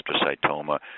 astrocytoma